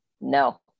No